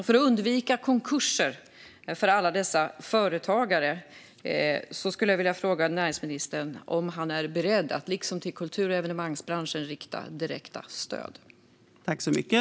För att undvika konkurser för alla dessa företagare undrar jag om näringsministern är beredd att, liksom till kultur och evenemangsbranschen, rikta direkta stöd till resebranschen.